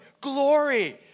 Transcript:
glory